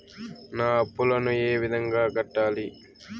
నా అప్పులను ఏ విధంగా కట్టాలి?